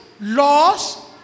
laws